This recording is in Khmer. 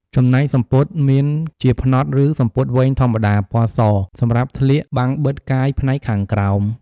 ចំណែកសំពត់មានជាផ្នត់ឬសំពត់វែងធម្មតា ពណ៌ស សម្រាប់ស្លៀកបាំងបិទកាយផ្នែកខាងក្រោម។